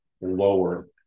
lower